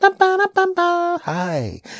hi